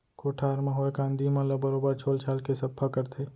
कोठार म होए कांदी मन ल बरोबर छोल छाल के सफ्फा करथे